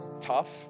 tough